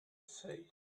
said